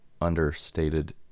understated